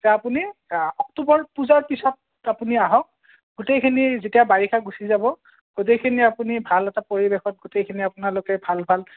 যে আপুনি অক্টোবৰ পূজাৰ পিছত আপুনি আহক গোটেইখিনি যেতিয়া বাৰিষা গুচি যাব গোটেইখিনি আপুনি ভাল এটা পৰিৱেশত গোটেইখিনি আপোনালোকে ভাল ভাল